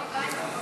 נתקבל.